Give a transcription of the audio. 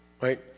Right